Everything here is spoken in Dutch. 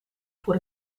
voor